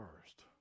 first